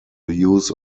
use